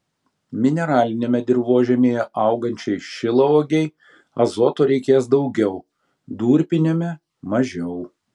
mineraliniame dirvožemyje augančiai šilauogei azoto reikės daugiau durpiniame mažiau